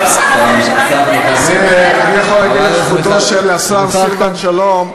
אני יכול להגיד לזכותו של השר סילבן שלום,